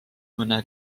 mõne